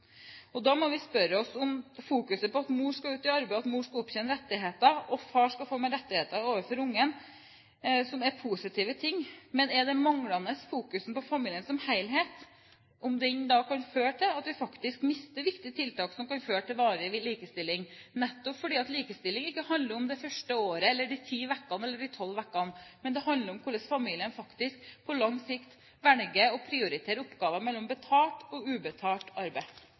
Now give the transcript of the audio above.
Da må vi spørre oss: Med fokuset på at mor skal ut i arbeid, at mor skal opptjene rettigheter, og at far skal få mer rettigheter overfor barnet – som er positive ting – blir det da et manglende fokus på familien som helhet? Kan det føre til at vi faktisk mister viktige tiltak som kan føre til varig likestilling, nettopp fordi likestilling ikke handler om det første året eller de ti eller tolv første ukene i barnets liv? Den handler om hvordan familien på lang sikt velger å prioritere oppgaver mellom betalt og ubetalt arbeid.